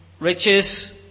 riches